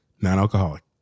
non-alcoholic